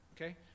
Okay